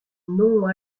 non